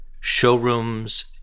showrooms